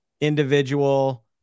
individual